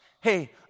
hey